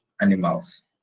animals